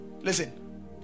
Listen